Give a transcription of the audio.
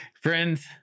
Friends